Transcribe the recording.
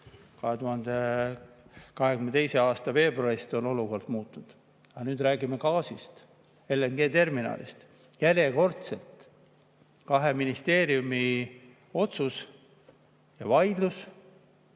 2022. aasta veebruarist on olukord muutunud. Aga nüüd räägime gaasist, LNG‑terminalist. Järjekordselt võttis kahe ministeeriumi otsus ja vaidlus